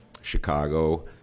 Chicago